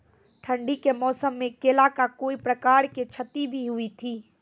ठंडी के मौसम मे केला का कोई प्रकार के क्षति भी हुई थी?